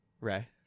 Ray